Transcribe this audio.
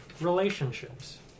relationships